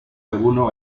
alguno